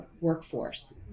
workforce